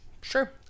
Sure